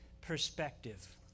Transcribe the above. perspective